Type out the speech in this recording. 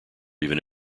even